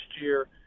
year